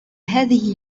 هذه